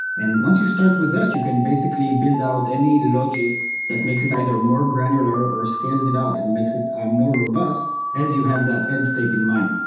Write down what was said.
and once you start with that, you can basically build out any logic that makes it either more granular or scales it out and makes it ah more robust as you have that end state in mind.